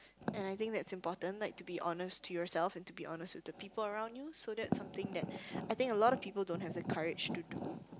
and I think that's important like to be honest to yourself and to be honest with the people around you so that's something that I think a lot of people don't have the courage to do